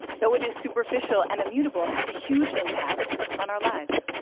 though it is superficial and immutable, has a huge impact on our lives.